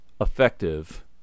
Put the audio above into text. effective